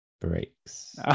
breaks